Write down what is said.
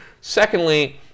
Secondly